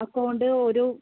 account ഒരു